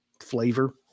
flavor